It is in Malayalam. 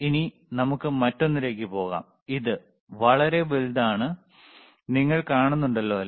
ഇനി നമുക്ക് മറ്റൊന്നിലേക്ക് പോകാം ഇത് ഇടത് വളരെ വലുതാണ് നിങ്ങൾ കാണുന്നുണ്ടല്ലോ അല്ലേ